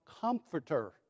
comforter